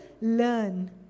learn